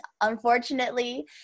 Unfortunately